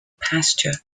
pasture